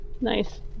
Nice